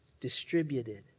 distributed